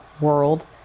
world